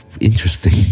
interesting